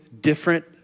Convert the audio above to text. different